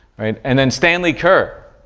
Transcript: right? and then stanley kerr,